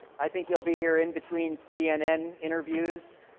i think he will be here in between cnn interviews.